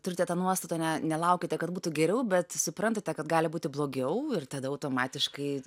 turite tą nuostatą ne nelaukite kad būtų geriau bet suprantate kad gali būti blogiau ir tada automatiškai